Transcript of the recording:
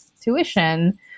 tuition